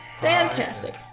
Fantastic